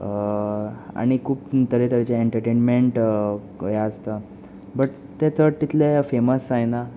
आनी खूब तरेतरेचे एंटरटेर्नमेंट हें आसता बट तें चड तितलें फेमस जायना